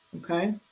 Okay